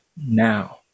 now